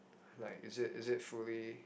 like is it is it fully